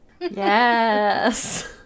yes